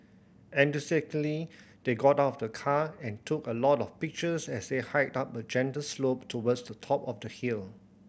enthusiastically they got out of the car and took a lot of pictures as they hiked up a gentle slope towards the top of the hill